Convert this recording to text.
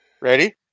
Ready